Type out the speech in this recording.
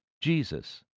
Jesus